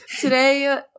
Today